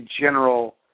general